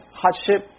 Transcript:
hardship